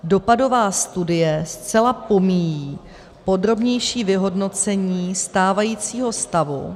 Dopadová studie zcela pomíjí podrobnější vyhodnocení stávajícího stavu...